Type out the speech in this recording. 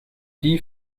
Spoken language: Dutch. die